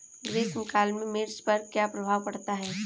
ग्रीष्म काल में मिर्च पर क्या प्रभाव पड़ता है?